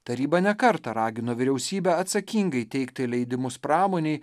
taryba ne kartą ragino vyriausybę atsakingai teikti leidimus pramonei